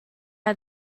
are